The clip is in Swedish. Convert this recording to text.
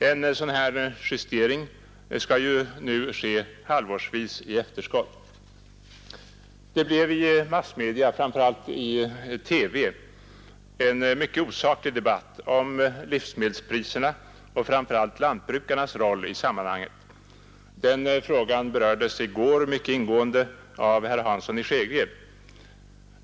En sådan här justering skall ju ske halvårsvis i efterskott. Det blev i massmedia, framför allt i TV, en mycket osaklig debatt om livsmedelspriserna och främst om lantbrukarnas roll i sammanhanget. Den frågan berördes i går mycket ingående av herr Hansson i Skegrie.